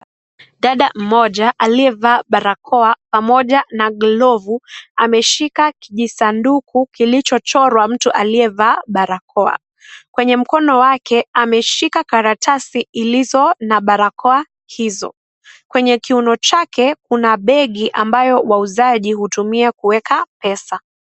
Dada mmoja aliyevaa barakoa pamoja na glovu ameshika kijisanduku kilichochorwa mtu aliyevaa barakoa. Kwenye mkono wake ameshika karatasi iliyo na barakoa hizo , kwenye kiuno chake kuna begi ambayo wauzaji hutumia kueka pesa.